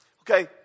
Okay